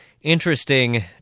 Interesting